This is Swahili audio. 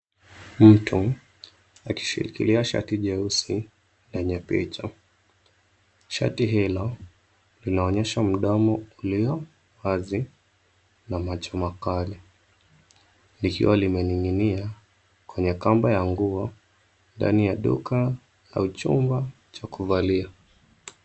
Mtu akishikilia shati jeusi lenye picha. Shati hilo linaonyesha mdomo uliowazi na macho makali, likiwa limening'inia kwenye kamba ya nguo ndani ya duka au chumba cha kuvalia.